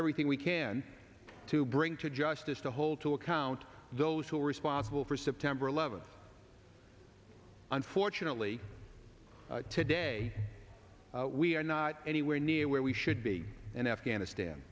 everything we can to bring to justice to hold to account those who were responsible for september eleventh unfortunately today we are not anywhere near where we should be in afghanistan